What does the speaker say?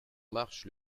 marche